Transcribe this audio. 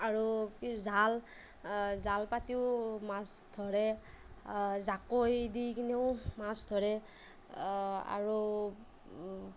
আৰু কি জাল জাল পাতিও মাছ ধৰে জাকৈ দি কিনেও মাছ ধৰে আৰু